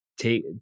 take